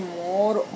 more